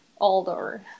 older